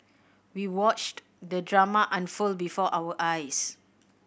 we watched the drama unfold before our eyes